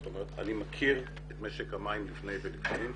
זאת אומרת, אני מכיר את משק המים לפני ולפנים,